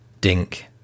Dink